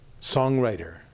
songwriter